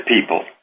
people